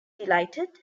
delighted